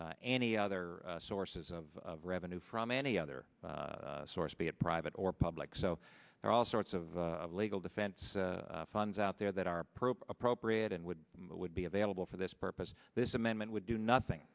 any other sources of revenue from any other source be a private or public so they're all sorts of legal defense funds out there that are pro appropriate and would would be available for this purpose this amendment would do nothing